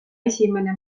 esimene